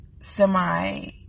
semi